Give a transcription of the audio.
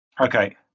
Okay